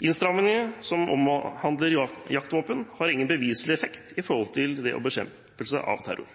Innstrammingene som omhandler jaktvåpen, har ingen beviselig effekt på bekjempelse av terror.